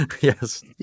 Yes